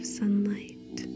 sunlight